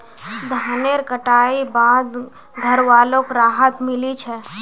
धानेर कटाई बाद घरवालोक राहत मिली छे